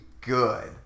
good